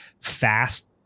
Fast